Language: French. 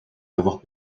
avoir